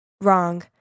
Wrong